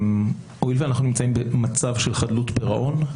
היות ואנחנו נמצאים במצב של חדלות פירעון,